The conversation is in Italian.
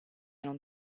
non